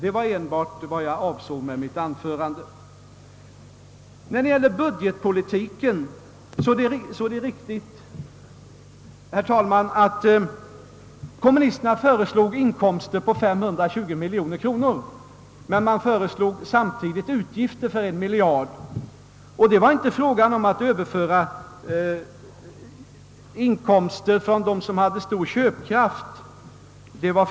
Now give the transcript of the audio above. Beträffande budgetpolitiken är det riktigt, herr talman, att kommunisterna föreslog inkomster på 520 miljoner kronor, men de föreslog samtidigt utgifter på en miljard kronor. Det var inte fråga om att överföra inkomster från dem som har stor köpkraft.